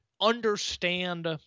understand